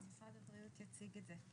לא, משרד הבריאות יציג את זה.